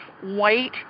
white